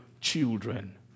children